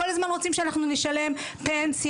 כל הזמן רוצים שאנחנו נשלם פנסיה